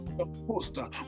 poster